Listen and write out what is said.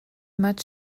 much